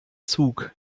zug